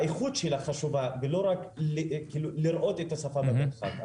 האיכות שלה חשובה, ולא רק לראות את השפה במרחב.